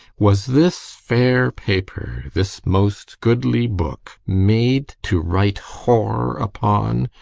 was this fair paper, this most goodly book, made to write whore upon?